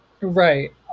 Right